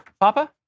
Papa